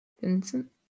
vincent